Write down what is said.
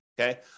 okay